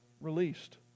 released